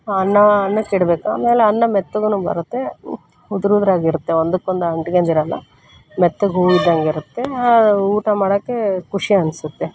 ಅನ್ನ ಅನ್ನಕ್ಕಿಡಬೇಕು ಆಮೇಲೆ ಅನ್ನ ಮೆತ್ತಗೂನು ಬರುತ್ತೆ ಉದುರುದ್ರಾಗಿರತ್ತೆ ಒಂದಕ್ಕೊಂದು ಅಂಟ್ಕೊಂಡಿರಲ್ಲ ಮೆತ್ತಗೆ ಹೂ ಇದ್ದಂಗಿರುತ್ತೆ ಊಟ ಮಾಡೋಕ್ಕೆ ಖುಷಿ ಅನಿಸತ್ತೆ